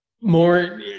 more